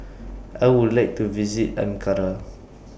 I Would like to visit Ankara